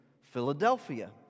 Philadelphia